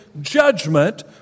judgment